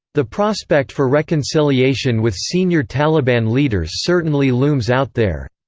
the prospect for reconciliation with senior taliban leaders certainly looms out there.